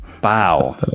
Bow